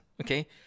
Okay